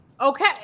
okay